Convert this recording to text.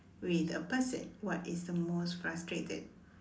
with a person what is the most frustrated